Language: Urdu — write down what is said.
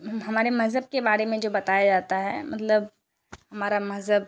ہمارے مذہب کے بارے میں جو بتایا جاتا ہے مطلب ہمارا مذہب